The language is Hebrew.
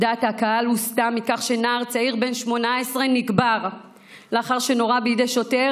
דעת הקהל הוסטה מכך שנער צעיר בן 18 נקבר לאחר שנורה בידי שוטר,